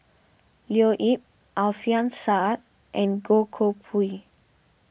Leo Yip Alfian Sa'At and Goh Koh Pui